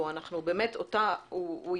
זה לא